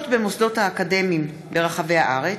מוסי רז,